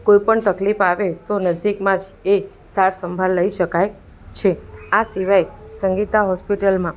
કોઈ પણ તકલીફ આવે તો નજદીકમાં જ એ સારસંભાળ લઈ શકાય છે આ સિવાય સંગિતા હોસ્પિટલમાં